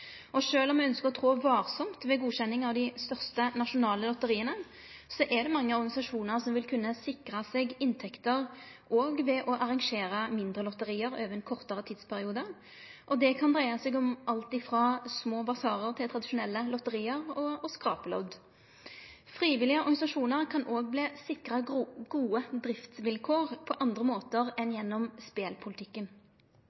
om me ønskjer å trå varsamt ved godkjenning av dei største nasjonale lotteria, er det mange organisasjonar som vil kunne sikre seg inntekter ved å arrangere mindre lotteri over ein kortare tidsperiode. Det kan dreie seg om alt frå små basarar til tradisjonelle lotteri og skrapelodd. Frivillige organisasjonar kan òg verte sikra gode driftsvilkår på andre måtar enn